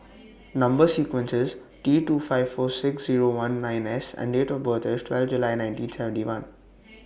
Number sequence IS T two five four six Zero one nine S and Date of birth IS twelfth July nineteen seventy one